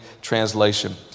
translation